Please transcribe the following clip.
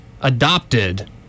adopted